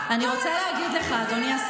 כמובן,